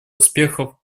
успехов